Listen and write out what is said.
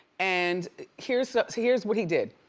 and here's here's what he did.